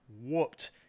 whooped